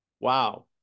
Wow